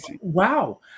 Wow